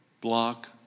block